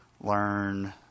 learn